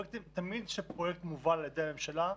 תמיד כאשר פרויקט מובל על ידי הממשלה,